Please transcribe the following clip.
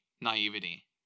naivety